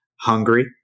hungry